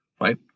right